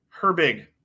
Herbig